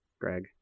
Greg